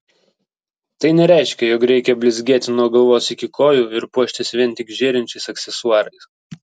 tai nereiškia jog reikia blizgėti nuo galvos iki kojų ir puoštis vien tik žėrinčiais aksesuarais